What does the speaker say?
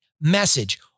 Message